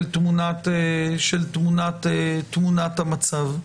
תמונת המצב.